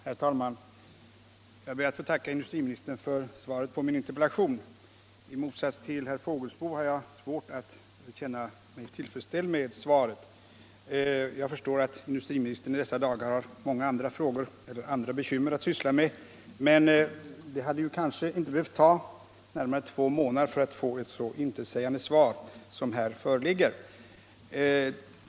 Herr talman! Jag ber att få tacka industriministern för svaret på min interpellation. I motsats till herr Fågelsbo har jag svårt att känna mig tillfredsställd med svaret. Jag förstår att industriministern i dessa dagar har många andra bekymmer att syssla med, men det hade kanske inte behövt ta närmare två månader att få fram ett så intetsägande svar som det föreliggande.